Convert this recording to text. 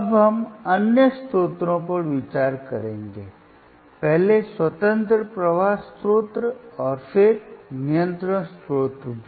अब हम अन्य स्रोतों पर विचार करेंगे पहले स्वतंत्र प्रवाह स्रोत और फिर नियंत्रण स्रोत भी